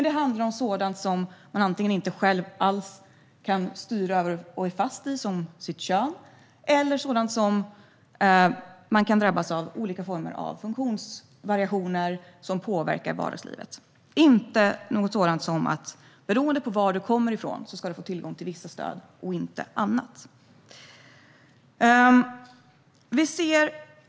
Det handlar antingen om sådant som man själv inte kan styra över och som man är fast i, såsom kön, eller om olika former av funktionsvariationer som man kan drabbas av och som påverkar vardagslivet. Det handlar inte om sådant som att man beroende på varifrån man kommer ska få tillgång till vissa stöd medan andra inte får det.